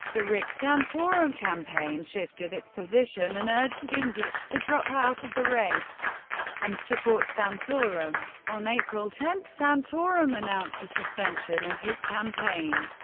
the rick santorum campaign shifted its position and urged gingrich to drop out of the race and support santorum. on april ten, santorum announced the suspension of his campaign.